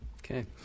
Okay